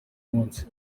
munsi